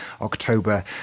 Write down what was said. October